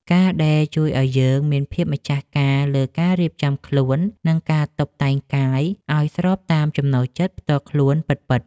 ការដេរជួយឱ្យយើងមានភាពម្ចាស់ការលើការរៀបចំខ្លួន និងការតុបតែងកាយឱ្យស្របតាមចំណូលចិត្តផ្ទាល់ខ្លួនពិតៗ។